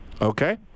Okay